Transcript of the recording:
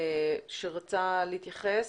רצית להתייחס.